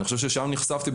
אני חושב ששם נחשפתי.